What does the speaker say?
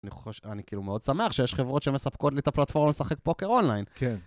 אני כאילו מאוד שמח שיש חברות שמספקות לי את הפלטפורמה לשחק פוקר אונליין. כן.